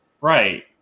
Right